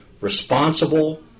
responsible